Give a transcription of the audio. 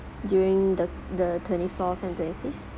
during the the twenty fourth and twenty fifth